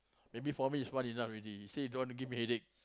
maybe for me is one enough already he say he don't want to give me headache